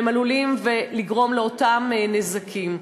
והן עלולות לגרום לאותם נזקים.